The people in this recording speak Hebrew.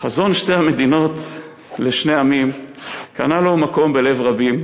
חזון שתי המדינות לשני עמים קנה לו מקום בלב רבים,